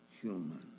human